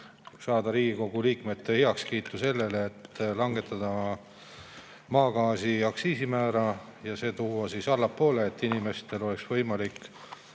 saada Riigikogu liikmete heakskiitu sellele, et langetada maagaasi aktsiisimäära, tuua see allapoole, et inimestel oleks võimalik